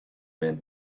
men